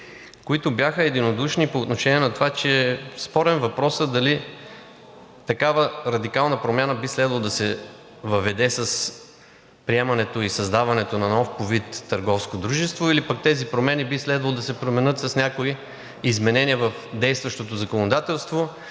които бяха единодушни по отношение на това, че е спорен въпросът дали такава радикална промяна би следвало да се въведе с приемането и създаването на нов вид търговско дружество, или пък тези промени би следвало да се направят с някои изменения в действащото законодателство,